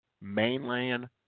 mainland